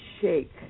shake